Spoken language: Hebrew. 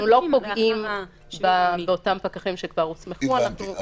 אנחנו לא פוגעים באותם פקחים שכבר הוסמכו --- הבנתי.